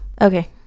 Okay